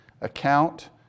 account